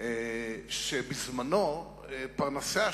שבהן פרנסי השכונה,